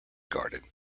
garden